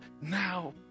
now